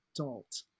adult